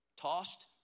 tossed